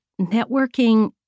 networking